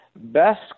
Best